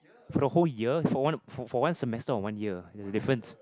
for the whole year for one for for one semester or one year there's a difference